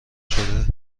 شده